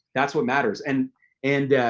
that's what matters. and and